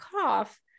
cough